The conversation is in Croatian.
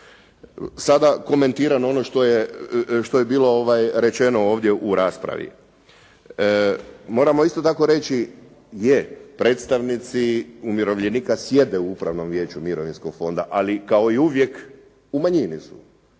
Sada komentiram ono što je bilo rečeno ovdje u raspravi. Moramo isto tako reći, je predstavnici umirovljenika sjede u Upravnom vijeću Mirovinskog fonda, ali kao i uvijek u manjini su.